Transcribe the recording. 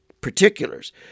particulars